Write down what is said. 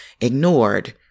ignored